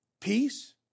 peace